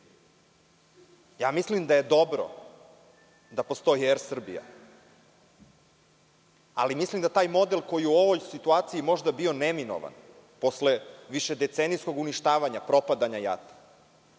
Mislim da je dobro da postoji AIR Srbija, ali mislim da taj model koji je u ovoj situaciji možda bio neminovan, posle višedecenijskog uništavanja, propadanja JAT-a,